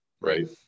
right